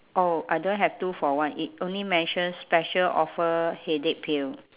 oh I don't have two for one it only mentions special offer headache pill